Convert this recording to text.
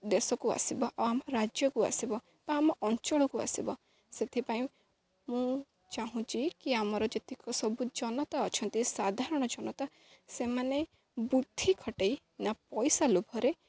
ଦେଶକୁ ଆସିବ ଆଉ ଆମ ରାଜ୍ୟକୁ ଆସିବ ବା ଆମ ଅଞ୍ଚଳକୁ ଆସିବ ସେଥିପାଇଁ ମୁଁ ଚାହୁଁଛି କି ଆମର ଯେତିକ ସବୁ ଜନତା ଅଛନ୍ତି ସାଧାରଣ ଜନତା ସେମାନେ ବୁଦ୍ଧି ଖଟେଇ ନା ପଇସା ଲୋଭରେ